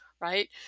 right